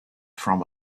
from